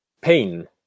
pain